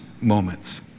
moments